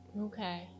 okay